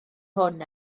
hwn